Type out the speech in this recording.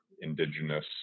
indigenous